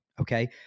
Okay